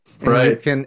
Right